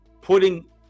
putting